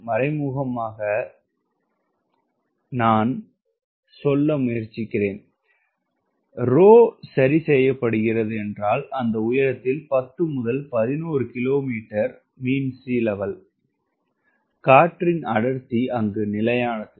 மறைமுகமாக நான் சொல்ல முயற்சிக்கிறேன் rho சரி செய்யப்படுகிறது என்றால் அந்த உயரத்தில் 10 முதல் 11 கிலோமீட்டர் AMSL காற்றின் அடர்த்தி நிலையானது